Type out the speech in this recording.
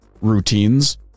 routines